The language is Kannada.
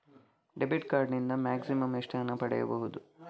ಡೆಬಿಟ್ ಕಾರ್ಡ್ ನಿಂದ ಮ್ಯಾಕ್ಸಿಮಮ್ ಎಷ್ಟು ಹಣ ಪಡೆಯಬಹುದು?